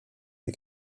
des